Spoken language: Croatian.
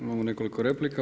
Imamo nekoliko replika.